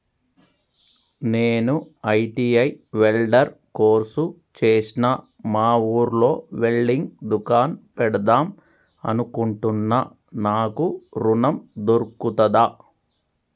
నేను ITI welder course చేశ్న మా ఊర్లో వెల్డింగ్ దుకాన్ పెడదాం అనుకుంటున్నా నాకు ఋణం దొర్కుతదా?